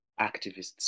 activists